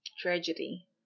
tragedy